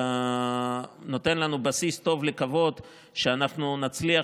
מה שנותן לנו בסיס טוב לקוות שאנחנו נצליח